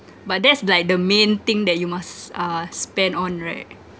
but that's like the main thing that you must uh spend on right